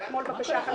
פיליבסטר --- רבותיי,